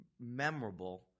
memorable